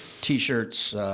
t-shirts